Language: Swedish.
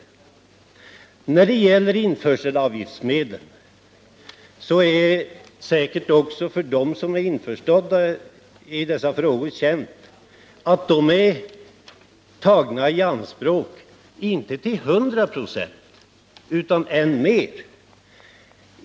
För dem som är insatta i dessa frågor är det säkert känt att införselavgiftsmedlen är tagna i anspråk — inte till 100 96 utan ännu mera.